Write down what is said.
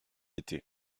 étais